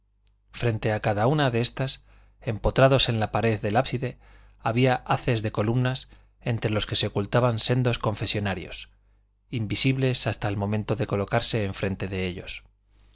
frente a cada una de estas empotrados en la pared del ábside había haces de columnas entre los que se ocultaban sendos confesonarios invisibles hasta el momento de colocarse enfrente de ellos